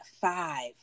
five